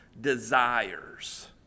desires